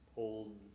old